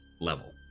level